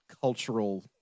cultural